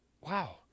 wow